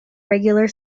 regular